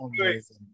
Amazing